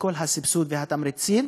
כל הסבסוד והתמריצים,